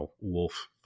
Wolf